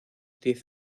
diez